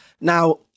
Now